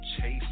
chase